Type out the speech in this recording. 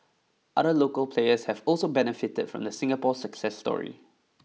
other local players have also benefited from the Singapore success story